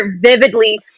vividly